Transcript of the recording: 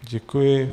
Děkuji.